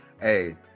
Hey